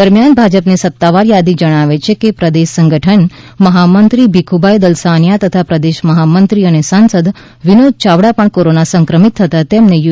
દરમ્યાન ભાજપની સત્તાવાર યાદી જણાવે છે કે પ્રદેશ સંગઠન મહામંત્રી ભીખુભાઈ દલસાનીયા તથા પ્રદેશ મહામંત્રી અને સાંસદ વિનોદ ચાવડા પણ કોરોના સંક્રમિત થતાં તેમને યુ